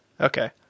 Okay